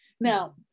Now